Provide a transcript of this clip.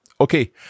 Okay